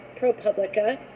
ProPublica